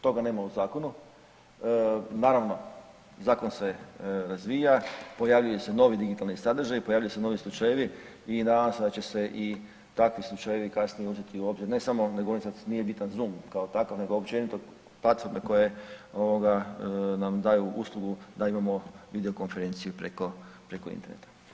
Toga nema u zakonu, naravno zakon se razvija, pojavljuju se novi digitalni sadržaji, pojavljuju se novi slučajevi i nadam se da će se i takvi slučajevi kasnije uzeti u obzir, ne samo ne govorim sad, nije bitan Zoom kao takav, nego općenito platforme koje ovoga nam daju uslugu da imamo video konferenciju preko, preko interneta.